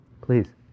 Please